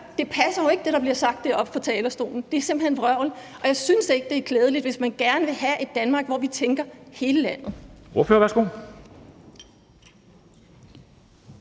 at høre: Det, der bliver sagt oppe fra talerstolen, passer jo ikke. Det er simpelt hen vrøvl. Og jeg synes ikke, det er klædeligt, hvis man gerne vil have et Danmark, hvor vi tænker på hele landet.